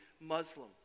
Muslim